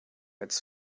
its